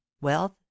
wealth